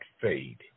fade